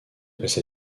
passa